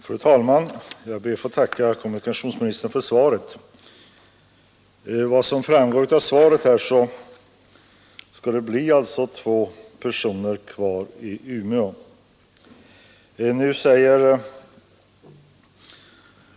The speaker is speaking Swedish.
Fru talman! Jag ber att få tacka kommunikationsministern för svaret. Enligt svaret skall det bli två personer kvar vid SJ:s kommersiella distriktsenhet i Umeå.